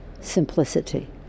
Simplicity